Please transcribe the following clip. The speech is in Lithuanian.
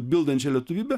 bildančia lietuvybe